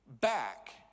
back